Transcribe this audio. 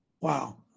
Wow